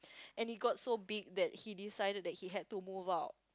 and it got so big that he decided that he had to move out